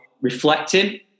reflecting